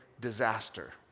disaster